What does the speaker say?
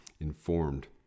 informed